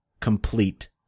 complete